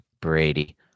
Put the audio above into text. Brady